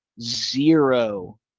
zero